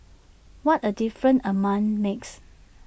what A difference A month makes